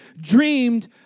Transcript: dreamed